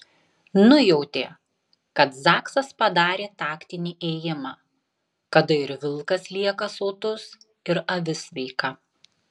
nujautė kad zaksas padarė taktinį ėjimą kada ir vilkas lieka sotus ir avis sveika